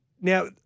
Now